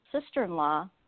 sister-in-law